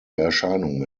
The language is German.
erscheinung